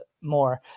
more